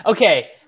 Okay